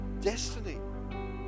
destiny